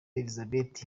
elisabeth